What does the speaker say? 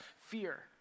fear